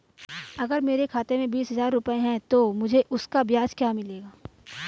अगर मेरे खाते में बीस हज़ार रुपये हैं तो मुझे उसका ब्याज क्या मिलेगा?